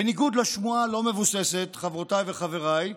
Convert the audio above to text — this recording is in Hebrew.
בניגוד לשמועה הלא-מבוססת, חברותיי וחבריי,